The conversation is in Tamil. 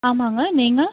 ஆமாங்க நீங்கள்